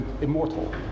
immortal